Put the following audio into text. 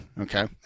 Okay